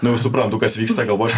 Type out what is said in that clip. nu suprantu kas vyksta galvos